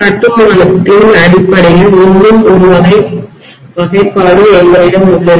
கட்டுமானத்தின் அடிப்படையில் இன்னும் ஒரு வகை வகைப்பாடு எங்களிடம் உள்ளது